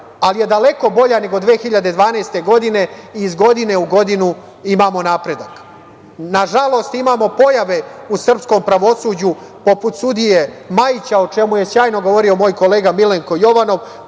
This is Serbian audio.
ali je daleko bolja nego 2012. godine i iz godine u godinu imamo napredak. Nažalost, imamo pojave u srpskom pravosuđu poput sudije Majića, o čemu je sjajno govorio moj kolega Milenko Jovanov,